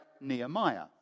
Nehemiah